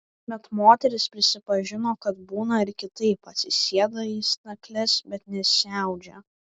bet moteris prisipažino kad būna ir kitaip atsisėda į stakles bet nesiaudžia